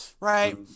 right